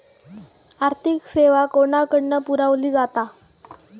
आर्थिक सेवा कोणाकडन पुरविली जाता?